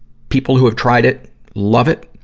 people who have tried it love it.